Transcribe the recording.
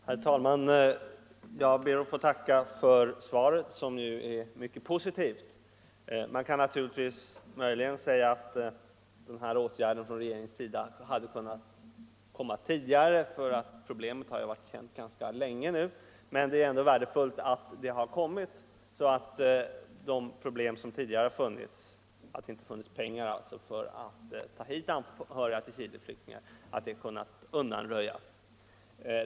Herr talman! Jag ber att få tacka för det mycket positiva svaret på min enkla fråga. Man kan naturligtvis peka på att regeringens åtgärd möjligen hade kunnat komma tidigare, eftersom problemet nu varit känt ganska länge. Men det är ändå värdefullt att regeringen fattat detta beslut, så att det tidigare problemet — dvs. bristen på pengar för att få hit anhöriga till Chileflyktingar — kunnat undanröjas.